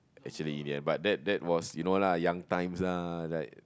actually it didn't but that that was you know lah young times lah